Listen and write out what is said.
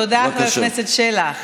תודה, חבר הכנסת שלח.